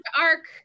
ARC